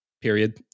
period